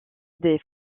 des